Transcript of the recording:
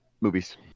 Movies